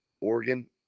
Oregon